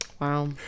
Wow